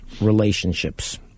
relationships